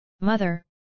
Mother